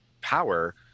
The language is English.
power